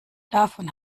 davon